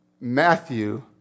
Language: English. Matthew